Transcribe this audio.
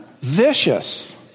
Vicious